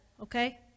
okay